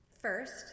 First